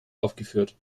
aufgeführt